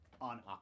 on